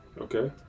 Okay